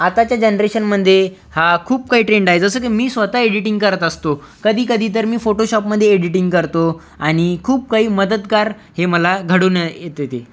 आताच्या जनरेशन म्हणजे हा खूप काही ट्रेंड आहे जसं की मी स्वतः एडिटिंग करत असतो कधी कधी तर मी फोटोशॉपमध्ये एडिटिंग करतो आणि खूप काही मदतगार हे मला घडून न येते ते